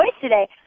today